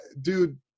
dude